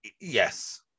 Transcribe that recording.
Yes